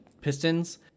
Pistons